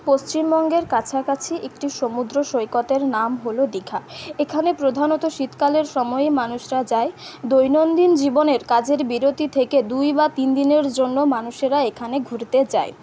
পশ্চিমবঙ্গের কাছাকাছি একটি সমুদ্র সৈকতের নাম হলো দীঘা এখানে প্রধানত শীতকালের সময়েই মানুষরা যায় দৈনন্দিন জীবনের কাজের বিরতি থেকে দুই বা তিন দিনের জন্য মানুষেরা এখানে ঘুরতে যায়